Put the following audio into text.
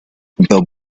the